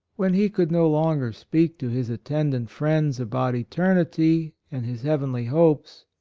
when he could no longer speak to his attendant friends about eternity and his heav enly hopes,